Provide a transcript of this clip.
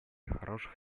хороших